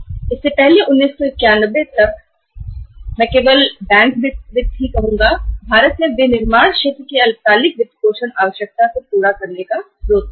तो 1991 से पहले मैं कहूँगा केवल बैंक वित्त ही भारत के उत्पादन क्षेत्र को अल्पकालिक वित्त प्रदान करने के लिए एकमात्र स्रोत था